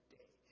day